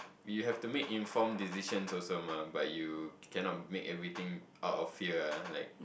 you have to make informed decisions also mah but you cannot make everything out of fear ah like